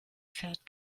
fährt